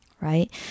right